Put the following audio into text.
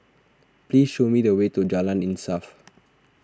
please show me the way to Jalan Insaf